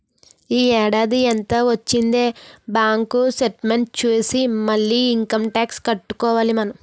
ఈ ఏడాది ఎంత వొచ్చిందే బాంకు సేట్మెంట్ సూసి మరీ ఇంకమ్ టాక్సు కట్టుకోవాలి మనం